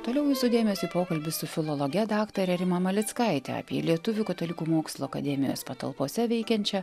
toliau jūsų dėmesiui pokalbis su filologe daktare rima malickaite apie lietuvių katalikų mokslo akademijos patalpose veikiančią